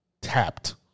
tapped